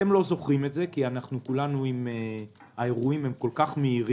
אתם לא זוכרים את זה כי האירועים הם כל כך מהירים,